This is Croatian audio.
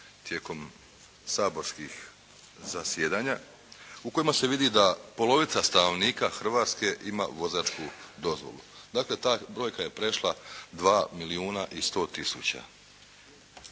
tijekom saborskih zasjedanja, u kojima se vidi da polovica stanovnika Hrvatske ima vozačku dozvolu. Dakle ta brojka je prešla 2 milijuna i 100 tisuća.